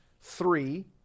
three